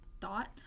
thought